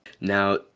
Now